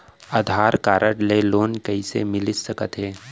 आधार card ले loan कइसे मिलिस सकत हे?